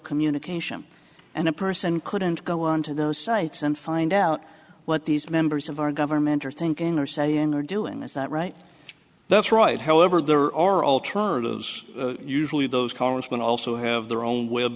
communication and a person couldn't go on to those sites and find out what these members of our government are thinking or saying or doing is that right that's right however there are alternatives usually those congressmen also have their own web